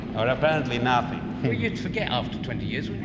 but apparently nothing. well, you'd forget after twenty years,